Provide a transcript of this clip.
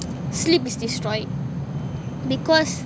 sleep is destroyed because